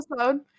episode